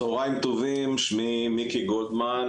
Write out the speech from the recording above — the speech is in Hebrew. צהריים טובים שמי מיקי גולדמן,